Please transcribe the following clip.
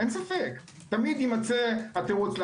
תמיד יימצא התירוץ,